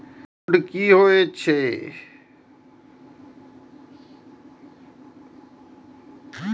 Bond की होई छै?